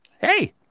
Hey